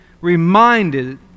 reminded